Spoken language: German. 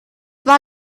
war